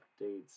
updates